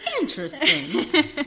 Interesting